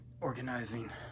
organizing